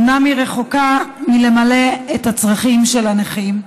אומנם היא רחוקה מלמלא את הצרכים של הנכים.